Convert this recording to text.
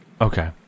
Okay